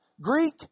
Greek